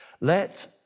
let